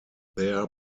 their